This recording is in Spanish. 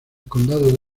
condado